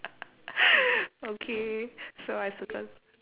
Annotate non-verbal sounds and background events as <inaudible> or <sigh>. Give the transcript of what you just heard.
<laughs> okay so I circle